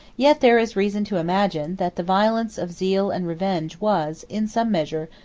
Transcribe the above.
yet there is reason to imagine, that the violence of zeal and revenge was, in some measure,